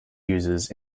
users